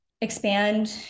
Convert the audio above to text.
expand